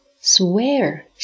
swear